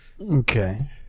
Okay